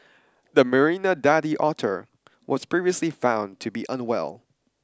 the Marina daddy otter was previously found to be unwell